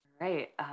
right